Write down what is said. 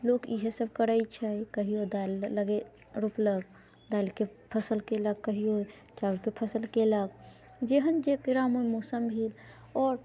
लोक इहे सभ करैछै कहियो दालि लगे रोपलक दालिके फसल केलक कहियो चावलके फसल केलक जेहेन जकरामे मौसम भेल आओर